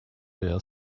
their